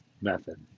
method